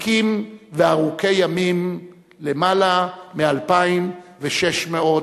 עתיקים וארוכי ימים, יותר מ-2,600 שנים.